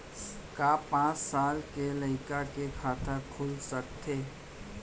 का पाँच साल के लइका के खाता खुल सकथे?